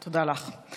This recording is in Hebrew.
תודה לך.